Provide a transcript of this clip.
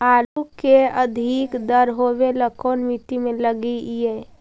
आलू के अधिक दर होवे ला कोन मट्टी में लगीईऐ?